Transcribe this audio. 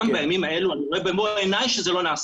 אני לא יכולתי ואני עדיין לא יכול